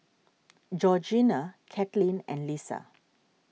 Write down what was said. Georgeanna Katelyn and Lissa